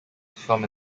form